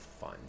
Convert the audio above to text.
fun